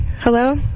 Hello